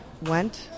went